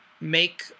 make